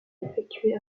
effectués